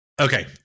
okay